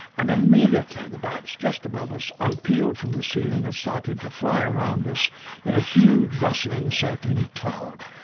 and immediately the bats just above us unpeeled from the ceiling and started to fly around us in a huge rustling, circling cloud.